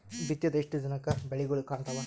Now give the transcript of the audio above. ಬಿತ್ತಿದ ಎಷ್ಟು ದಿನಕ ಬೆಳಿಗೋಳ ಕಾಣತಾವ?